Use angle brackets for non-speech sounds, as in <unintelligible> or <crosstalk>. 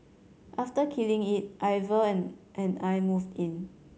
after killing it Ivan <unintelligible> and I moved in